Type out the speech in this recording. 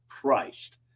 Christ